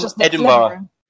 Edinburgh